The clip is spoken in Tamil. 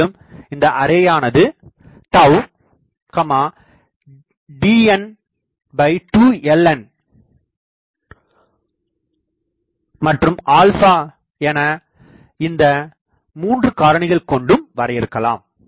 மேலும் இந்த அரேயானது dn2ln என இந்த 3 காரணிகள் கொண்டும் வரையறுக்கலாம்